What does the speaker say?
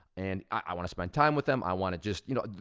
and i want to spend time with them. i want to just, you know,